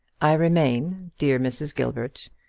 i remain, dear mrs. gilbert,